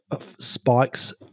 spikes